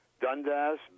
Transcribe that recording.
Dundas